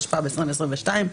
התשפ״ב-2022.